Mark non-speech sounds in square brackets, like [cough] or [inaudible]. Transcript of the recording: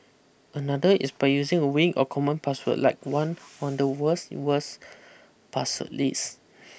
another is by using a weak or common password like one on the worst worst [noise] password list